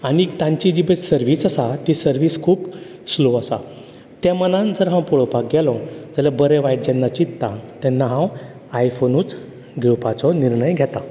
आनी तांची जी पळय सरवीस आसा ती सरवीस खूब स्लो आसा त्या मानान जर हांव पळोवपाक गेलों जाल्यार बरें वायट जेन्ना चिंतता तेन्ना हांव आयफोनूच घेवपाचो निर्णय घेता